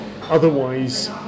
otherwise